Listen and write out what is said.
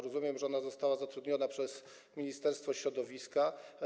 Rozumiem, że ona została zatrudniona przez Ministerstwo Środowiska.